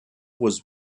was